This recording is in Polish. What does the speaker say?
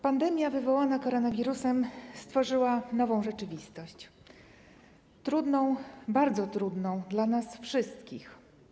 Pandemia wywołana koronawirusem stworzyła nową rzeczywistość, trudną, bardzo trudną dla nas wszystkich.